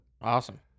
Awesome